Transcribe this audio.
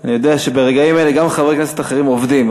אני יודע שברגעים אלה גם חברי כנסת אחרים עובדים.